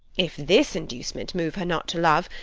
if this inducement move her not to love,